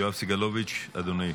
יואב סגלוביץ', אדוני.